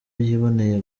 yiboneye